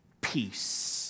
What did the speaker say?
peace